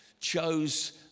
chose